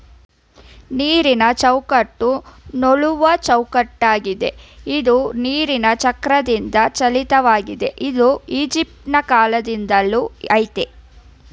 ನೀರಿನಚೌಕಟ್ಟು ನೂಲುವಚೌಕಟ್ಟಾಗಿದೆ ಇದು ನೀರಿನಚಕ್ರದಿಂದಚಾಲಿತವಾಗಿದೆ ಇದು ಈಜಿಪ್ಟಕಾಲ್ದಿಂದಲೂ ಆಯ್ತೇ